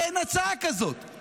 אין הצעה כזאת.